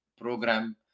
program